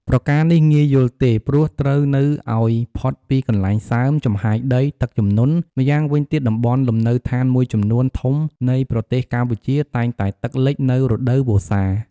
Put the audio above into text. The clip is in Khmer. ប្រការនេះងាយយល់ទេ ព្រោះត្រូវនៅឱ្យ ផុតពីកន្លែងសើម, ចំហាយដី, ទឹកជំនន់ ម៉្យាងវិញទៀតតំបន់លំនៅដ្ឋានមួយចំនួនធំនៃប្រទេសកម្ពុជា តែងតែទឹកលិចនៅរដូវវស្សា។